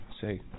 say